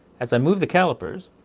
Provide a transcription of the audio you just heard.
as i move the calipers,